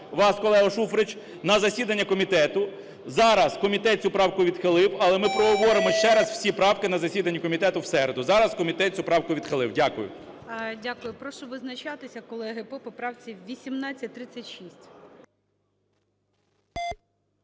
вас, колего Шуфрич, на засідання комітету. Зараз комітет цю правку відхилив, але ми проговоримо ще раз всі правки на засіданні комітету в середу. Зараз комітет цю правку відхилив. Дякую. ГОЛОВУЮЧИЙ. Дякую. Прошу визначатися, колеги, по поправці 1836.